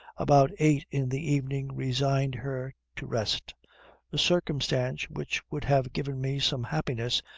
about eight in the evening resigned her to rest a circumstance which would have given me some happiness,